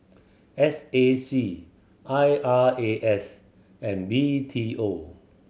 S A C I R A S and B T O